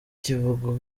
kivuga